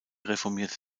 reformierte